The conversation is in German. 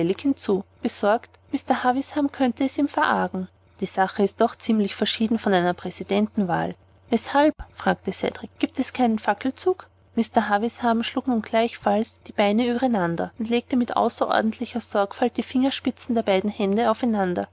besorgt mr havisham könnte es ihm verargen die sache ist doch ziemlich verschieden von einer präsidentenwahl weshalb fragte cedrik gibt es keinen fackelzug mr havisham schlug nun gleichfalls die beine übereinander und legte mit außerordentlicher sorgfalt die fingerspitzen der beiden hände aufeinander